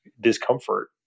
discomfort